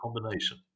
combination